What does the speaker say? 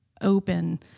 open